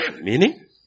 Meaning